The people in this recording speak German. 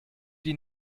die